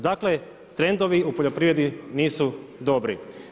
Dakle, trendovi u poljoprivredi nisu dobri.